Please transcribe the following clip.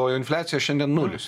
o infliacija šiandien nulis